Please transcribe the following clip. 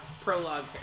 prologue